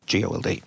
GOLD